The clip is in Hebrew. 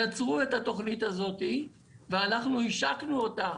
יצרו את התוכנית הזאת ואנחנו השקנו אותה